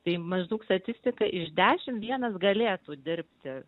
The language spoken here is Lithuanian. tai maždaug statistika iš dešim vienas galėtų dirbti